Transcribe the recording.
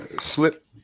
slip